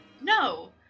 No